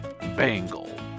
Bangle